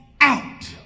out